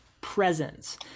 presence